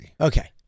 Okay